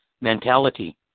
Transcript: mentality